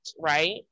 right